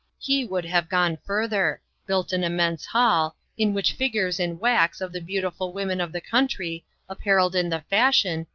he would have gone further built an immense hall, in which figures in wax of the beautiful women of the country apparelled in the fashion,